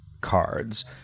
cards